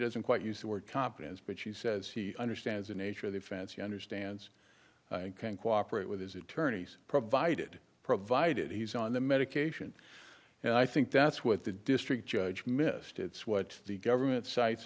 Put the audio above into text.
doesn't quite use the word competence but she says he understands the nature of the fancy understands can cooperate with his attorneys provided provided he's on the medication and i think that's what the district judge missed it's what the government sites